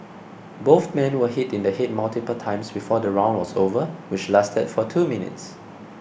both men were hit in the head multiple times before the round was over which lasted for two minutes